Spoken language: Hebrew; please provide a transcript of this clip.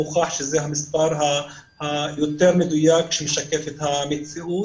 הוכח שזה המספר היותר מדויק שמשקף את המציאות,